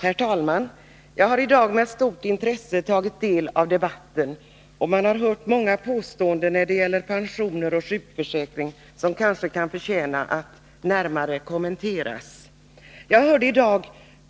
Herr talman! Jag har i dag med stort intresse tagit del av debatten. Jag har hört påståenden om pensioner och sjukförsäkring som kan förtjäna att närmare kommenteras. Jag hörde i dag